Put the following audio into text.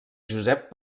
josep